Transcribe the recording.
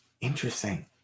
interesting